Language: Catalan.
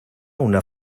una